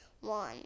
one